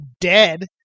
dead